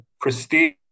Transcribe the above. prestige